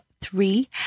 three